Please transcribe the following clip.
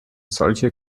solche